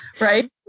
right